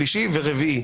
שלישי ורביעי.